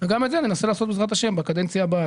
וגם את זה ננסה לעשות, בעזרת ה', בקדנציה הבאה.